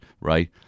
right